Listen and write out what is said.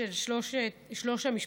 של שלוש המשפחות,